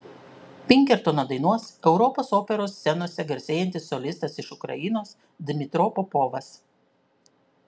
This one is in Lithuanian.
pinkertoną dainuos europos operos scenose garsėjantis solistas iš ukrainos dmytro popovas